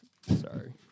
sorry